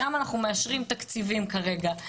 שם אנחנו מאשרים תקציבים כרגע.